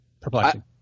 perplexing